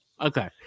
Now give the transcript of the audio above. Okay